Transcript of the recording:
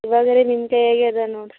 ಇವಾಗ ಹೇಳಿದ್ದು ನಿಮ್ಮ ಕಯ್ಯಾಗೆ ಅದಾವೆ ನೋಡಿರಿ